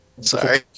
Sorry